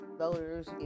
voters